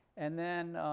and then